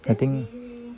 I think